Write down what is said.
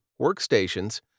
workstations